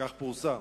כך פורסם.